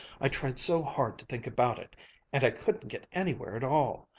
i tried so hard to think about it and i couldn't get anywhere at all.